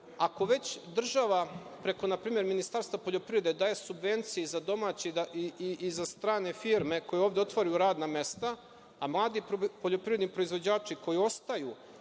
ako već država preko npr. Ministarstva poljoprivrede daje subvencije za domaće i za strane firme koje ovde otvaraju radna mesta, a mladi poljoprivredni proizvođači koji ostaju